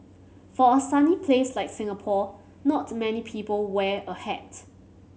for a sunny place like Singapore not many people wear a hat